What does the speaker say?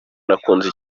nakunze